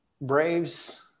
Braves